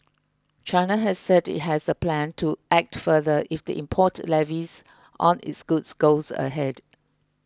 China has said it has a plan to act further if the import levies on its goods goes ahead